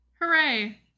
Hooray